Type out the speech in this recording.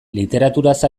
literaturaz